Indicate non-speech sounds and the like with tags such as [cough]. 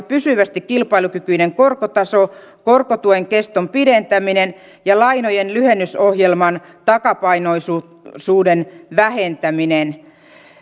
[unintelligible] pysyvästi kilpailukykyinen korkotaso korkotuen keston pidentäminen ja lainojen lyhennysohjelman takapainoisuuden vähentäminen